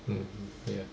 mm ya